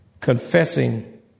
confessing